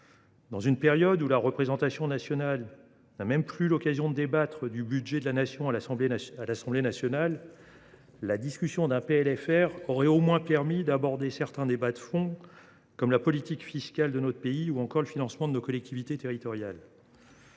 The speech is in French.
Dans une période où la représentation nationale n’a même plus l’occasion de débattre pleinement du budget de la Nation à l’Assemblée nationale, la discussion d’un projet de loi de finances rectificative aurait au moins permis d’aborder certains débats de fond, comme la politique fiscale de notre pays, ou encore le financement de nos collectivités territoriales.